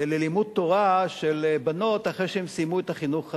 ללימוד תורה של בנות אחרי שהן סיימו את החינוך התיכוני.